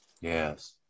Yes